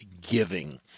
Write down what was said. Giving